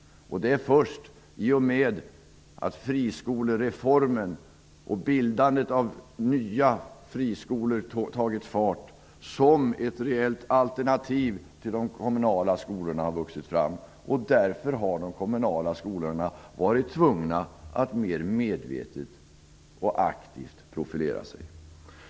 Det är först i och med friskolereformen och att bildandet av nya friskolor har tagit fart som ett reellt alternativ till de kommunala skolorna har vuxit fram. Därför har de kommunala skolorna varit tvungna att mer medvetet och aktivt profilera sig.